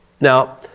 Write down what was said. Now